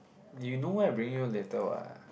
you know where I bring you later what